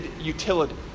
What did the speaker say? utility